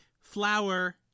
flower